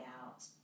out